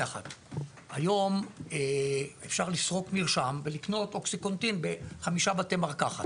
היום אפשר לסרוק מרשם ולקנות אוקסיקונטין בחמישה בתי מרקחת.